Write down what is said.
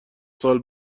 سال